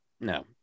no